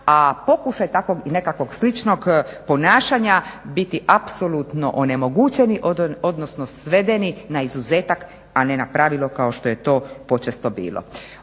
a pokušaj takvog i nekakvog sličnog ponašanja biti apsolutno onemogućeni odnosno svedeni na izuzetak a ne na pravilo kao što je počesto bilo.